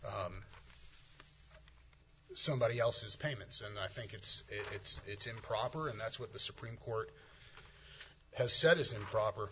somebody else's payments and i think it's it's it's improper and that's what the supreme court has said is improper